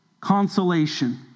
consolation